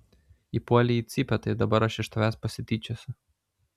įpuolei į cypę tai dabar aš iš tavęs pasityčiosiu